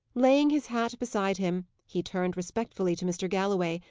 laying his hat beside him, he turned respectfully to mr. galloway,